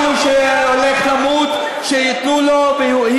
אתם רוצים שמישהו שהולך למות, שייתנו לו.